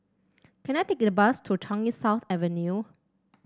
can I take the bus to Changi South Avenue